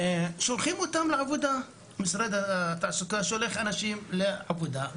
לפעמים כמשרד התעסוקה שולח אנשים לעבודה,